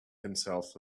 himself